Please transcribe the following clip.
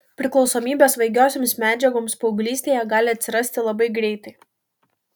priklausomybė svaigiosioms medžiagoms paauglystėje gali atsirasti labai greitai